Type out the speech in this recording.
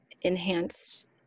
enhanced